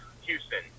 Houston